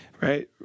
right